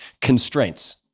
constraints